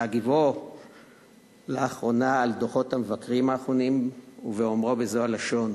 בהגיבו לאחרונה על דוחות המבקרים האחרונים ובאומרו בזו הלשון,